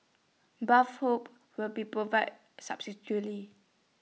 bathrobes will be provided